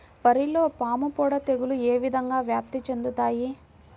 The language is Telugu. వరిలో పాముపొడ తెగులు ఏ విధంగా వ్యాప్తి చెందుతాయి?